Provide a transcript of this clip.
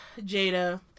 Jada